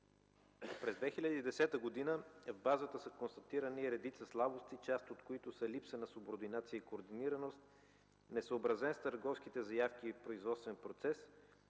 През 2010 г. в базата са констатирани редица слабости, част от които са липса на субординация и координираност; несъобразен с търговските заявки производствен процес;